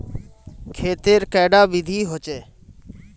खेत तेर कैडा विधि होचे?